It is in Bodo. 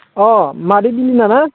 अह मादै बिलिना ना